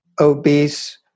obese